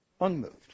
Unmoved